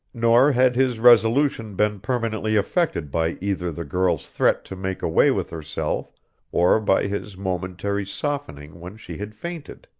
nor had his resolution been permanently affected by either the girl's threat to make away with herself or by his momentary softening when she had fainted.